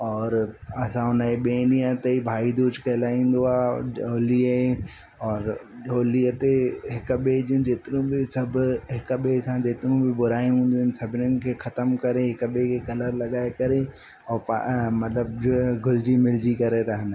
औरि असां उन जे ॿिए ॾींहं ते भाई दूज कहिलाईंदो आहे होली औरि होलीअ ते हिक ॿिए जी जेतिरियूं बि सभ हिक ॿिए सां जेतिरियूं ॿि बुराइयूं हूंदियू आहिनि सभिनीनि खे ख़तम करे हिक ॿिए खे कलर लॻाए करे औरि मतिलब जो घुलजी मिलजी करे रहंदा आहियूं